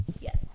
Yes